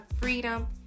freedom